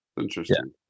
interesting